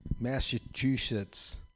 Massachusetts